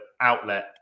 outlet